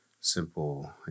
simple